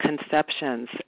conceptions